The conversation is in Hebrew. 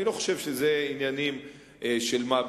אני לא חושב שאלה עניינים של מה בכך.